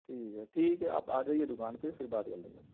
ٹھیک ہے ٹھیک ہے آپ آ جائیے دکان پہ پھر بات کر لیں گے